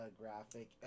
graphic